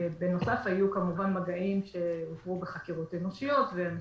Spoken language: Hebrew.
ובנוסף היו מגעים שהועברו בחקירות אנושיות.